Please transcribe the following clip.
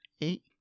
Eight